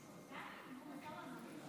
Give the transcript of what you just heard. מאז שנפתחה המליאה ישבתי